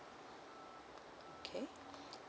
okay